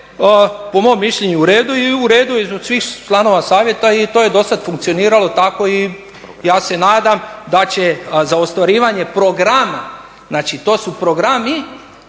po mom mišljenju u redu i u redu je … članova Savjeta i to je do sad funkcioniralo tako i ja se nadam da će za ostvarivanje programa, znači to su programi,